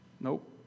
nope